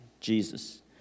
Jesus